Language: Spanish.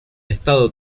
estado